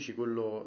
quello